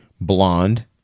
blonde